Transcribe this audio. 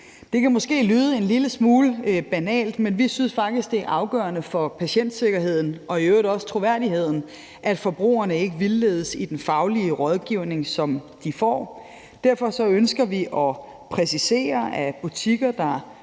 Det kan måske lyde en lille smule banalt, men vi synes faktisk, det er afgørende for patientsikkerheden og i øvrigt også troværdigheden, at forbrugerne ikke vildledes i den faglige rådgivning, som de får. Derfor ønsker vi at præcisere, at butikker, der